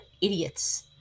idiots